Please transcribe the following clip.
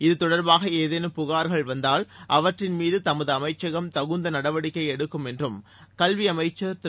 இது தொடர்பாக ஏதேனும் புகார்கள் வந்தால் அவற்றின் மீது தமது அமைச்சகம் தகுந்த நடவடிக்கை எடுக்கும் என்றும் கல்வி அமைச்சர் திரு